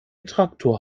traktor